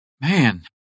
man